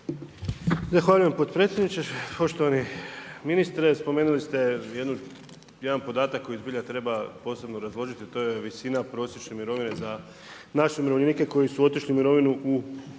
Zahvaljujem potpredsjedniče. Poštovani ministre, spomenuli ste jedan podatak, koji zbilja treba posebno …/Govornik se ne razumije./… to je visina prosječne mirovine za naše umirovljenike koji su otišli u mirovinu